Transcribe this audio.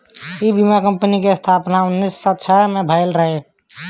इ बीमा कंपनी के स्थापना उन्नीस सौ छह में भईल रहे